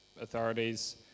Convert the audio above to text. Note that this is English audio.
authorities